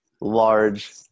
large